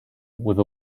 with